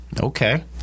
Okay